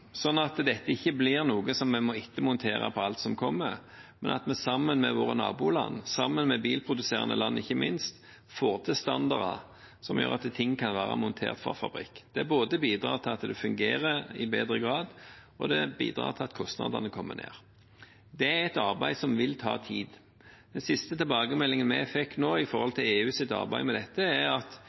sånn at dette ikke blir noe vi må ettermontere på alt som kommer, men at vi sammen med våre naboland og ikke minst sammen med bilproduserende land får til standarder som gjør at ting kan være montert fra fabrikk. Det bidrar både til at det fungerer i bedre grad, og til at kostnadene går ned. Det er et arbeid som vil ta tid. Den siste tilbakemeldingen vi har fått vedrørende EUs arbeid med dette, er at